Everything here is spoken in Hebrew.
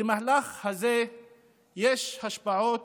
למהלך הזה יש השפעות